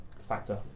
factor